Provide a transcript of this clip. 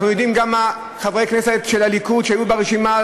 אנחנו יודעים גם שחברי כנסת של הליכוד שהיו ברשימה,